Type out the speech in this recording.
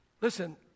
listen